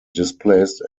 displaced